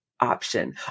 option